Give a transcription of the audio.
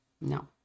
No